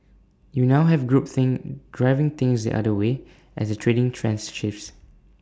you now have group think driving things the other way as A trading trends shifts